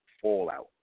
fallout